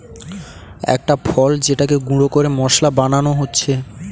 একটা ফল যেটাকে গুঁড়ো করে মশলা বানানো হচ্ছে